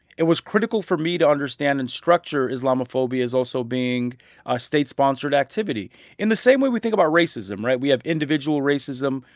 it was critical for me to understand and structure islamophobia as also being a state-sponsored activity in the same way we think about racism, right? we have individual racism.